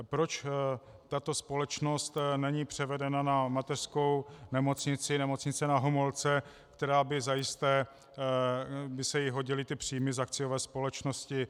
Proč tato společnost není převedena na mateřskou nemocnici, Nemocnici Na Homolce, které by se zajisté hodily ty příjmy z akciové společnosti?